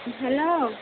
hello